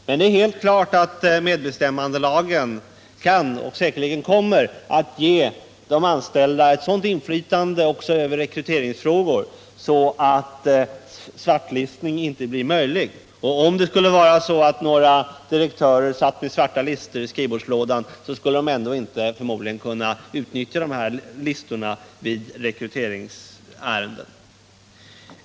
Men det är helt klart att medbestämmandelagen kan ge och säkerligen kommer att ge de anställda ett sådant inflytande också över rekryteringsfrågor, att svartlistning inte blir möjlig. Om det skulle vara så att några direktörer satt med svarta listor i skrivbordslådorna skulle de förmodligen inte kunna utnyttja listorna vid handläggning av rekryteringsärenden.